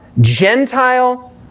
Gentile